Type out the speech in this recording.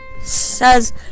Says